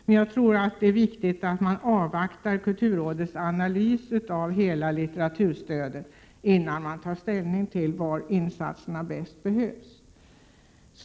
Men jag tror att det är viktigt att avvakta kulturrådets analys av hela litteraturstödet, innan man tar ställning till var insatserna bäst behövs.